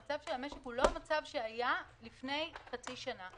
המצב של המשק הוא לא זה שהיה לפני חצי שנה.